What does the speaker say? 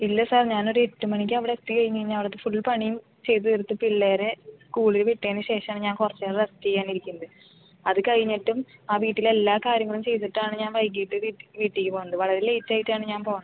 ഇല്ല സാർ ഞാൻ ഒരു എട്ട് മണിക്ക് അവിടെ എത്തി കഴിഞ്ഞ് കഴിഞ്ഞാൽ അവിടുത്തെ ഫുൾ പണിയും ചെയ്തുതീർത്ത് പിള്ളേരെ സ്കൂളിൽ വിട്ടതിന് ശേഷം ആണ് ഞാൻ കുറച്ച് നേരം റസ്റ്റ് ചെയ്യാൻ ഇരിക്കുന്നത് അത് കഴിഞ്ഞിട്ടും ആ വീട്ടിൽ എല്ലാ കാര്യങ്ങളും ചെയ്തിട്ട് ആണ് ഞാൻ വൈകീട്ട് വീട്ട് വീട്ടിലേക്ക് പോകുന്നത് വളരെ ലേറ്റ് ആയിട്ട് ആണ് ഞാൻ പോകുന്നത്